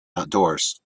outdoors